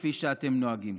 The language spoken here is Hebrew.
כפי שאתם נוהגים.